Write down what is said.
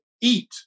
eat